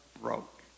broke